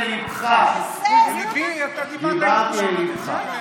עצמך עשית את אותם דברים פי כמה וכמה.